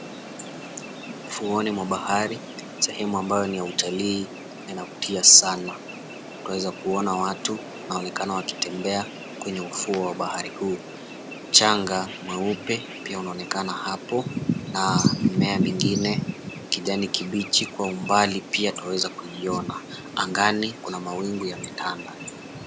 Ufuoni mwa bahari sehemu ambayo ni ya utalii inavutia sana twaweza kuona watu wanaonekana wakitembea kwenye ufuo wa bahari huu. Mchanga mweupe pia unaonekana hapo na mimea mingine kijani kibichi kwa umbali pia twaweza kuiona. Angani kuna mawingu kuna mawingu yametanda.